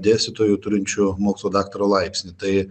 dėstytojų turinčių mokslų daktaro laipsnį tai